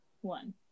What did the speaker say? one